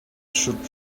should